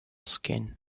skin